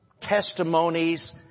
testimonies